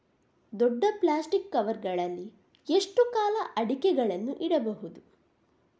ದೊಡ್ಡ plastic cover ಗಳಲ್ಲಿ ಎಷ್ಟು ಕಾಲ ಅಡಿಕೆಗಳನ್ನು ಇಡಬಹುದು?